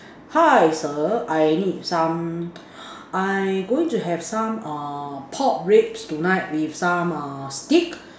hi sir I need some I going to have some uh pork ribs tonight with some uh steak